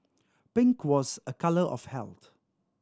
pink was a colour of health